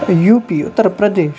U P Uttar Pradesh